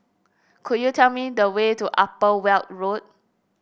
could you tell me the way to Upper Weld Road